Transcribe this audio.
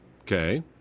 okay